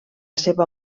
seva